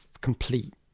complete